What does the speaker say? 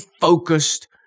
focused